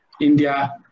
India